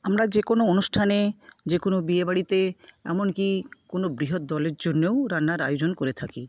আমরা যে কোনো অনুষ্ঠানে যে কোনো বিয়েবাড়িতে এমনকি কোন বৃহৎ দলের জন্যেও রান্নার আয়োজন করে থাকি